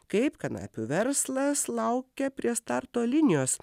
kaip kanapių verslas laukia prie starto linijos